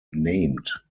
named